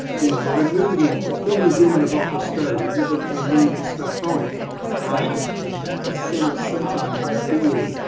you know you're removing the things in the block of stone and you've got to remove the stuff from it and ah sense sometimes you feel,